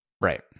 Right